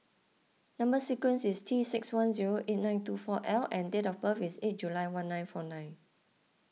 Number Sequence is T six one zero eight nine two four L and date of birth is eight July one nine four nine